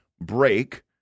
break